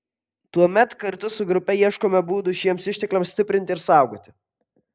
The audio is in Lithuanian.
tuomet kartu su grupe ieškome būdų šiems ištekliams stiprinti ir saugoti